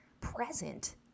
present